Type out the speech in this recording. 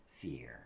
fear